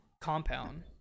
compound